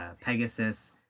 Pegasus